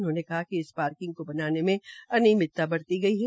उन्होंने कहा कि इस पार्किंग को बनाने में अनियमितता बरती गई है